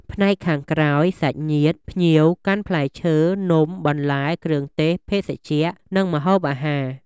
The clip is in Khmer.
ផ្នែកខាងក្រោយ សាច់ញាតិ ភ្ញៀវកាន់ផ្លែឈើ នំបន្លែ គ្រឿងទេស ភេសជ្ជៈ និងម្ហូបអាហារ។